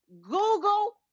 Google